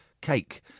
cake